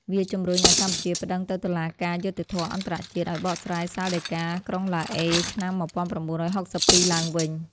វាជម្រុញឱ្យកម្ពុជាប្ដឹងទៅតុលាការយុត្តិធម៌អន្ដរជាតិ ឱ្យបកស្រាយសាលដីកាក្រុងឡាអេ ឆ្នាំ១៩៦២ឡើងវិញ។